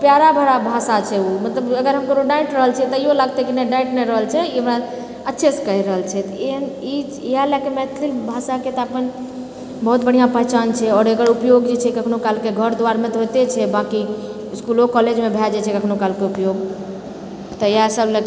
प्यारा भरा भाषा छै ओ तऽ अगर हम ककरो डाँटि रहल छियै तैयो लागतै कि नहि डाँटि नहि रहल छै ई हमरा अच्छेसँ कहि रहल छै तऽ ई इहए लए कऽ मैथिली भाषाके तऽ अपन बहुत बढ़िआँ पहचान छै आओर एकर उपयोग जे छै कखनो कालके घर दुआरमे तऽ होयते छै बांँकि इसकुलो कॉलेजमे भए जाय छै कखनो काल कऽ उपयोग तऽ इएह सब लऽ